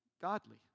godly